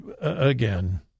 Again